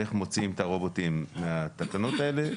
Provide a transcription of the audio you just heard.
איך מוציאים את הרובוטים מהתקנות האלה,